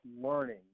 learning